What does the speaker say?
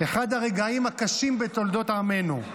אחד הרגעים הקשים בתולדות עמנו.